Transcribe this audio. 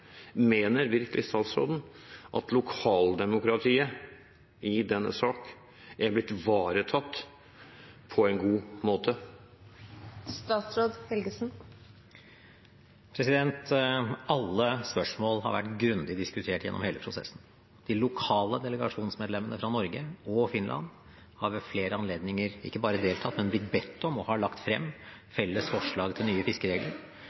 Mener virkelig statsråden at lokaldemokratiet i denne saken er blitt ivaretatt på en god måte? Alle spørsmål har vært grundig diskutert gjennom hele prosessen. De lokale delegasjonsmedlemmene fra Norge og Finland har ved flere anledninger ikke bare deltatt, men blitt bedt om, og har lagt frem, felles forslag til nye fiskeregler.